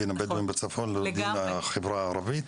דין הבדואים בצפון זה לא דין החברה הערבית.